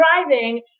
driving